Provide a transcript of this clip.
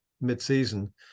mid-season